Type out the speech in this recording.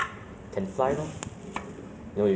think fly you can fly you know